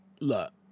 look